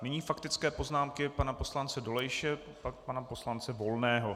Nyní faktické poznámky pana poslance Dolejše, pak pana poslance Volného.